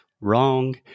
wrong